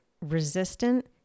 resistant